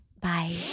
Bye